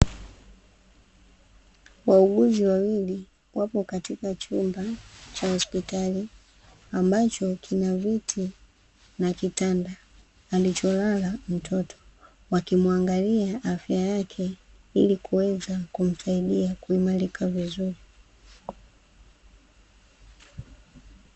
Wauguzi wawili wapo katika chumba cha hospitali ambacho kina viti na kitanda alicholala mtoto, wakimuangalia afya yake ili kuweza kumsaidia kuimarika vizuri.